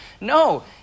No